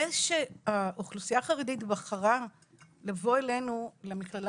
זה שהאוכלוסייה החרדית בחרה לבוא אלינו למכללה